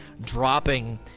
dropping